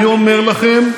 אני אומר לכם,